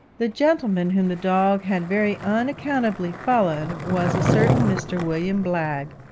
the gentleman whom the dog had very unaccountably followed was a certain mr. william blagg,